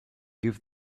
give